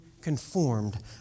conformed